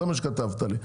זה מה שכתבת לי,